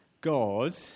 God